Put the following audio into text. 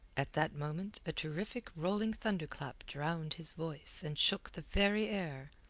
at that moment a terrific rolling thunderclap drowned his voice and shook the very air.